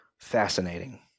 fascinating